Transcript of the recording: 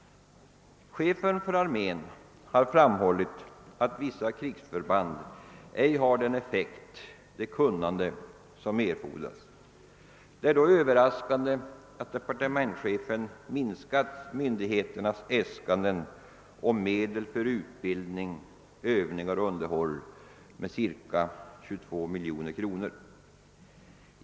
Chefen för armén har framhållit att vissa krigsförband ej har den effekt och det kunnande som erfordras. Det är då överraskande att departementschefen har minskat myndigheternas äskanden om medel för utbildning, övningar och underhåll med ca 22 miljoner kronor.